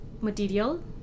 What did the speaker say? material